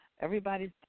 Everybody's